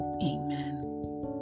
amen